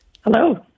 Hello